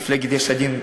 מפלגת יש עתיד,